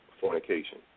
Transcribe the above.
fornication